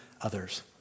others